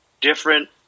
different